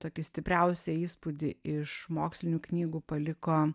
tokį stipriausią įspūdį iš mokslinių knygų paliko